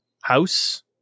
house